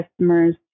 customers